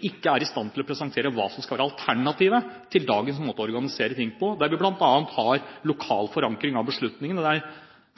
ikke er i stand til å presentere hva som skal være alternativet til dagens måte å organisere ting på, der vi bl.a. har lokal forankring av beslutningene, der